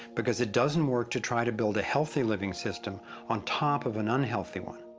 because it doesn't work to try to build a healthy living system on top of an unhealthy one.